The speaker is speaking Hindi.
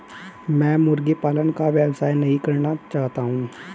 मैं मुर्गी पालन का व्यवसाय नहीं करना चाहता हूँ